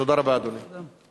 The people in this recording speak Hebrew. תודה רבה, אדוני.